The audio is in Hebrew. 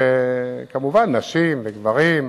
כמובן גם נשים וגברים.